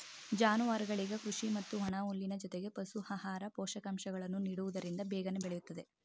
ಜಾನುವಾರುಗಳಿಗೆ ಕೃಷಿ ಮತ್ತು ಒಣಹುಲ್ಲಿನ ಜೊತೆಗೆ ಪಶು ಆಹಾರ, ಪೋಷಕಾಂಶಗಳನ್ನು ನೀಡುವುದರಿಂದ ಬೇಗನೆ ಬೆಳೆಯುತ್ತದೆ